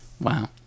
Wow